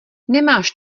nemáš